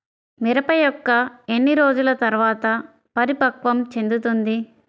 మిరప మొక్క ఎన్ని రోజుల తర్వాత పరిపక్వం చెందుతుంది?